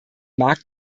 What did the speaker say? markt